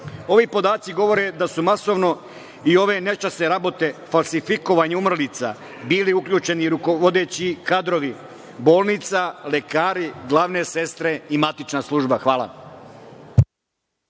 Ovi podaci govore da su u masovno i ove nečasne rabote falsifikovanja umrlica bili uključeni i rukovodeći kadrovi bolnica, lekari, glavne sestre i matična služba. Hvala.